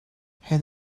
had